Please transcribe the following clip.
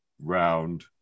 round